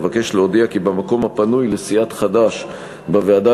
אבקש להודיע כי במקום הפנוי לסיעת חד"ש בוועדה